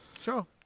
Sure